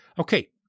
okay